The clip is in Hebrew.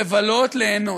לבלות, ליהנות,